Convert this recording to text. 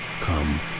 come